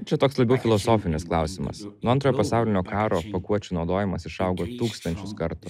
čia toks labiau filosofinis klausimas nuo antrojo pasaulinio karo pakuočių naudojimas išaugo tūkstančius kartų